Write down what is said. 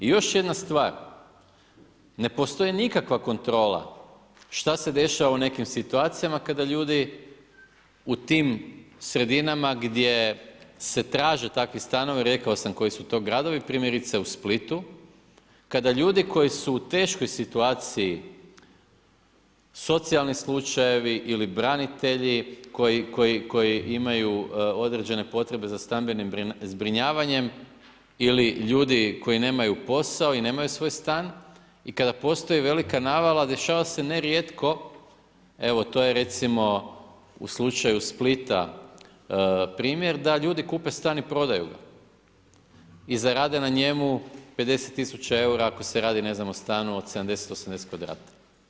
I još jedna stvar, ne postoji nikakva kontrola šta se dešava u nekim situacijama kada ljudi u tim sredinama gdje se traže takvi stanovi, rekao sam koji su to gradovi, primjerice u Splitu, kada ljudi koji su u teškoj situaciji, socijalni slučajevi ili branitelji koji imaju određene potrebe za stambenim zbrinjavanje ili ljudi koji nemaju posao i nemaju svoj stan i kada postoji velika navala, dešava se ne rijetko, evo to je recimo u slučaju Splita primjer, da ljudi kupe stan i prodaju ga i zarade na njemu 50 tisuća eura ako se radi ne znam, o stanu od 70-80 kvadrata.